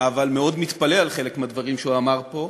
אבל מאוד מתפלא על חלק מהדברים שהוא אמר פה,